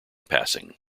passing